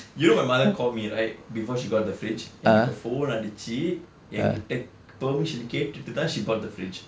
you know my mother call me right before she got the fridge எனக்கு:enakku phone அடிச்சு என்கிட்டே:adicchu enkkitaen permission கேட்டுட்டு தான்:kaetuttu thaan she bought the fridge